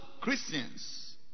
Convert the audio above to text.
Christians